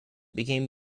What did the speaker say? became